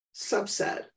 subset